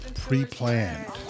pre-planned